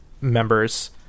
members